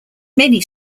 many